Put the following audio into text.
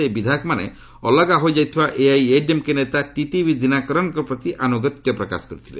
ସେହି ବିଧାୟକମାନେ ଅଲଗା ହୋଇଯାଇଥିବା ଏଆଇଡିଏମ୍କେ ନେତା ଟିଟିଭି ଦିନକରନ୍ଙ୍କ ପ୍ରତି ଆନୁଗତ୍ୟ ପ୍ରକାଶ କରିଥିଲେ